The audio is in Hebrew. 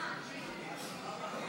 35 הצעת סיעת יש עתיד להביע אי-אמון